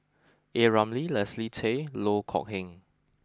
A Ramli Leslie Tay and Loh Kok Heng